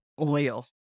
oil